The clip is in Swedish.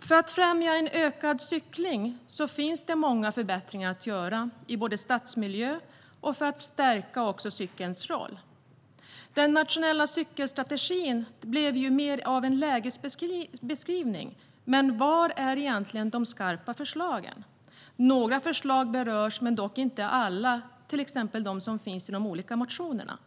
För att främja en ökad cykling finns det många förbättringar att göra i stadsmiljö och för att stärka cykelns roll. Den nationella cykelstrategin blev mer av en lägesbeskrivning. Men var är egentligen de skarpa förslagen? Några förslag berörs, men inte alla. Det gäller till exempel dem som finns i de olika motionerna.